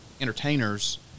entertainers